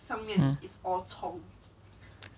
um